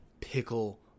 pickle